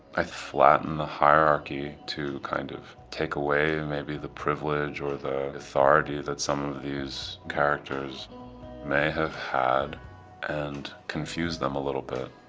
i flatten the hierarchy to kind of take away maybe the privilege, or the authority, that some of these characters may have had and confuse them a little bit.